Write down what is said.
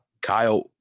Kyle